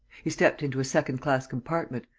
he stepped into a second-class compartment.